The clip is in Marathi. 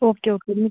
okay okay me